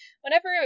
whenever